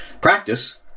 practice